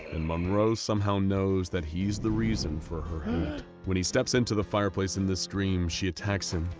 and monroe somehow knows that he's the reason for her hate. when he steps into the fireplace in this dream, she attacks him,